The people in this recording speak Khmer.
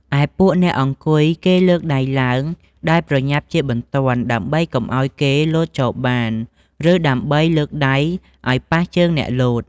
ឯពួកអ្នកអង្គុយគេលើកដៃឡើង ដោយប្រញាប់ជាបន្ទាន់ ដើម្បីកុំឲ្យគេលោតចូលបាន ឬដើម្បីលើកដៃឲ្យប៉ះជើងអ្នកលោត ។